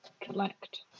collect